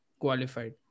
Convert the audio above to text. qualified